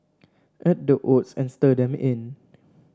add the oats and stir them in